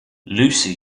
lucy